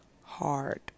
hard